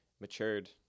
matured